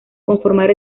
conformar